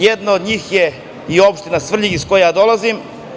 Jedna od njih je i Opština Svrljig, iz koje ja dolazim.